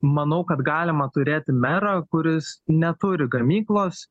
manau kad galima turėti merą kuris neturi gamyklos